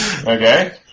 Okay